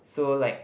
so like